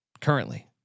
currently